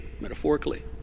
metaphorically